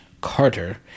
Carter